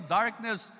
darkness